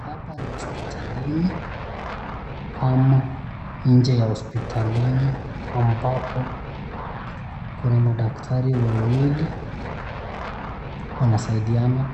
Hapa ni hosipitalini ama inje ya hosipitalini ambapo kuna madaktari wawili wanasaidiana